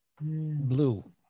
Blue